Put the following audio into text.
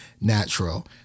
natural